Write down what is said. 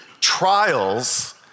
trials